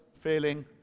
feeling